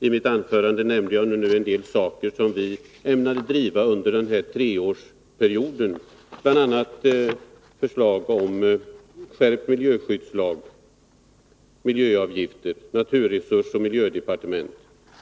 I mitt anförande nämnde jag en del saker som vi ämnade driva under denna treårsperiod, bl.a. förslag om skärpt miljöskyddslag, miljöavgifter samt naturresursoch miljödepartement.